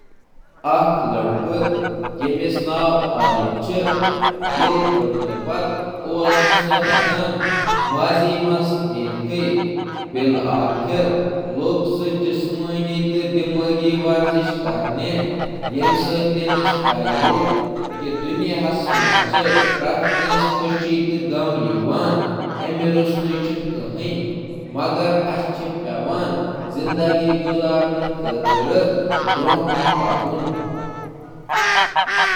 بہٕ چُھس أکِس نفرٕ سُنٛد کِردار بیان کران، أمۍ سُنٛد ناو چُھ عارف، یُس پٔتِمہِ دِل دِل پیٚٹھٕ برٛونٛہہ پکنہٕ خٲطرٕ جدوجہد کران چُھ۔ ییٚلہِ تٔمۍ پنٕنۍ جسمٲنی تہٕ ذحنی ورزش کٔر، تیٚلہِ کوٚر أمۍ سوٗنٛچ زِ دُنیا چھُ پرٛٮ۪تھ أکِس خٲطرٕ: کے بی ہی کُشی تہٕ کبھی گھم۔ اسہِ چُھ برٛونٛہہ پکُن۔